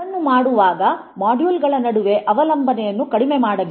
ಅದನ್ನು ಮಾಡುವಾಗ ಮಾಡ್ಯೂಲ್ಗಳ ನಡುವೆ ಅವಲಂಬನೆಯನ್ನು ಕಡಿಮೆ ಮಾಡಬೇಕು